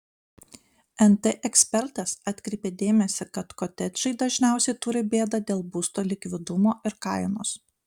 nt ekspertas atkreipė dėmesį kad kotedžai dažniausiai turi bėdą dėl būsto likvidumo ir kainos